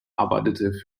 arbeitete